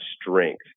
strength